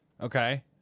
Okay